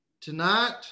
tonight